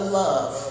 love